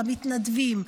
למתנדבים,